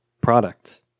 product